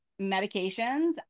medications